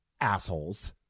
assholes